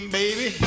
baby